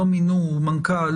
לא מינו מנכ"ל,